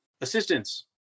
assistance